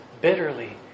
bitterly